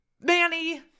Manny